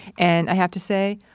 and i have to say,